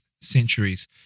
centuries